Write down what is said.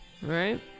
Right